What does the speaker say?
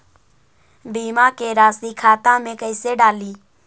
बीमा के रासी खाता में कैसे डाली?